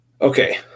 Okay